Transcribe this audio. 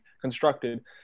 constructed